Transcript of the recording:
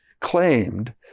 claimed